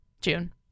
June